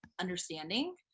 understanding